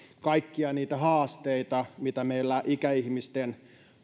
kaikkia niitä haasteita mitä meillä ikäihmisten